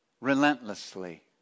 relentlessly